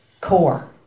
core